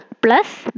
plus